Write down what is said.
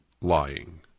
lying